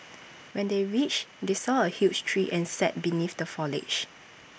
when they reached they saw A huge tree and sat beneath the foliage